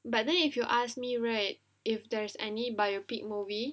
but then if you ask me right if there's any biopic movie